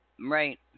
Right